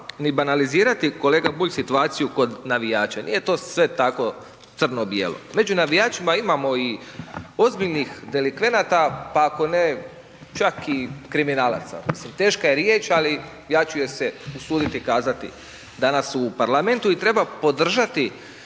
ni banalizirati kolega Bulj, situaciju kod navijača. Nije to sve tako crno-bijelo. Među navijačima imamo i ozbiljnih delikvenata, pa ako ne, čak i kriminalaca, mislim, teška je riječ ali ja ću je se usuditi kazati danas u parlamentu i treba podržati,